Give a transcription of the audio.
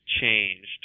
changed